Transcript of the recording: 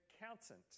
accountant